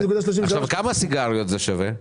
כמה סיגריות זה שווה?